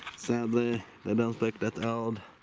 sadly they don't look that old.